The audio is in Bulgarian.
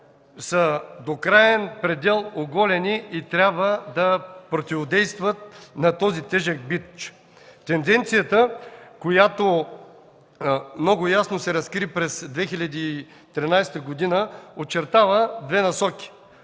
до краен предел и трябва да противодействат на този тежък бич. Тенденцията, която много ясно се разкри през 2013 г., очертава две насоки.